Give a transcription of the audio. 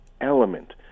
element